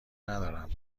ندارند